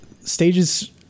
stages